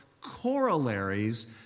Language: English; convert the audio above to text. corollaries